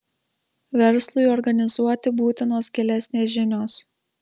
verslui organizuoti būtinos gilesnės žinios